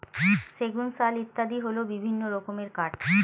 সেগুন, শাল ইত্যাদি হল বিভিন্ন রকমের কাঠ